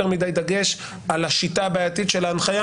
מדי דגש על השיטה הבעייתית של ההנחיה.